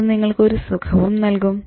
അത് നിങ്ങൾക്ക് ഒരു സുഖവും നൽകും